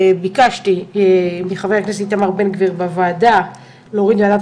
ביקשתי מחבר הכנסת איתמר בן גביר בוועדה להוריד את